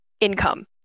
income